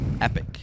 Epic